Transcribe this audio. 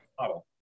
model